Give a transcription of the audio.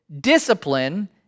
discipline